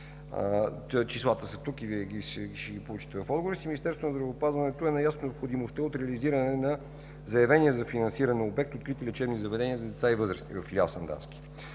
Числата са тук и Вие ще ги получите в отговора си. Министерството на здравеопазването е наясно с необходимостта от реализиране на заявения за финансиране обект „Открити лечебни заведения за деца и възрастни” във филиал Сандански.